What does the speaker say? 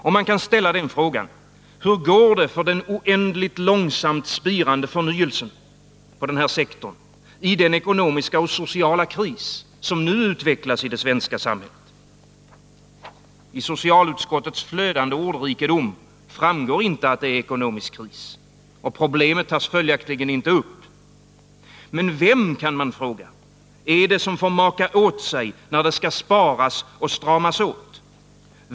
Och man kan ställa frågan: Hur går det för den oändligt långsamt spirande förnyelsen på den här sektorn i den ekonomiska och sociala kris som nu utvecklas i det svenska samhället? I socialutskottets flödande ordrikedom framgår inte att det är ekonomisk kris, och problemet tas följaktligen inte upp. Men vem, kan man fråga, är det som får maka åt sig när det skall sparas och stramas åt?